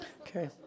Okay